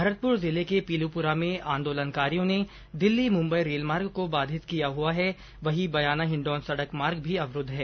भरतपुर जिले के पीलूपुरा में आंदोलनकारियों ने दिल्ली मुंबई रेलमार्ग को बाधित किया हुआ है वहीं बयाना हिण्डौन सड़क मार्ग भी अवरूद्व है